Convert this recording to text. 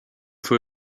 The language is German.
für